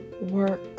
work